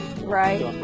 Right